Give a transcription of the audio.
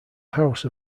house